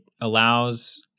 allows